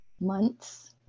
months